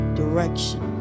direction